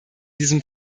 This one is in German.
diesem